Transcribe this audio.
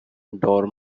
door